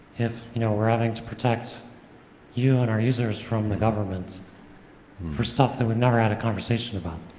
if you know we're having to protect you and our users from the government for stuff that we've never had a conversation about.